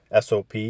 SOP